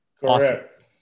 Correct